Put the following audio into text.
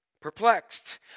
perplexed